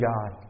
God